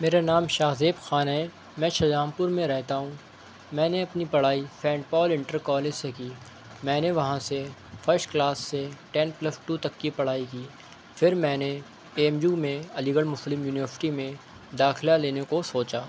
میرا نام شہذیب خان ہے میں شہجہان پور میں رہتا ہوں میں نے اپنی پڑھائی سینٹ پال انٹر کالج سے کی میں نے وہاں سے فسٹ کلاس سے ٹین پلس ٹو تک کی پڑھائی کی پھر میں نے ایم یو میں علی گڑھ مسلم یونیورسٹی میں داخلہ لینے کو سوچا